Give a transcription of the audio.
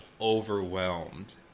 overwhelmed